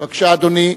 בבקשה, אדוני.